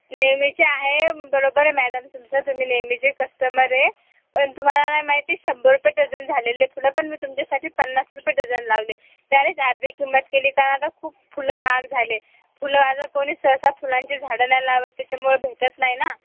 नेहमीचे आहे बरोबर मॅडम तुमचं तुम्ही नेहमीचे कस्टमर आहे पण तुम्हाला नाही माहिती शंभर रुपये डझन झालेले फुलं पण मी तुमच्यासाठी पन्नास रुपये डझन लावले डायरेक्ट अर्धी किंमत केली कारण खूप फुलं महाग झालेत फुलं आता कोणीच सहसा फुलांची झाडं नाही लावत त्याच्यामुळे भेटत नाही ना